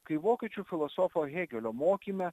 kai vokiečių filosofo hėgelio mokyme